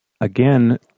again